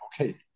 okay